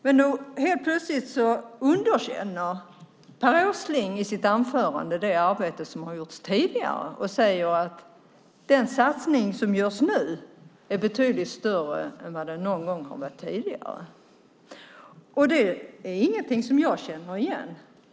Men nu helt plötsligt i sitt anförande underkänner Per Åsling det arbete som har gjorts tidigare och säger att den satsning som nu görs är betydligt större än den som gjorts någon gång tidigare. Det är ingenting som jag känner igen.